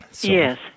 Yes